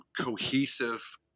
cohesive